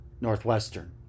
Northwestern